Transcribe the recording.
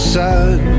sun